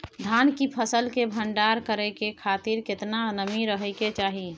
धान की फसल के भंडार करै के खातिर केतना नमी रहै के चाही?